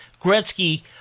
Gretzky